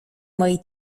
moi